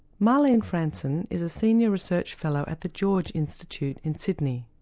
marlene fransen is a senior research fellow at the george institute in sydney.